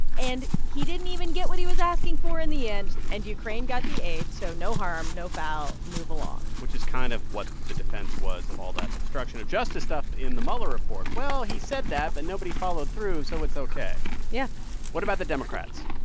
and he didn't even get what he was asking for in the end, and ukraine got the aid. so no harm, no foul. move along which is kind of what the defense was of all that obstruction of justice stuff in the mueller report. well, he said that, but nobody followed through. so it's ok yeah what about the democrats?